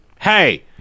Hey